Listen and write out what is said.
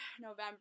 November